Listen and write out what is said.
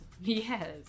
Yes